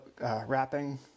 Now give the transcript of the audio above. wrapping